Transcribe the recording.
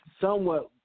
somewhat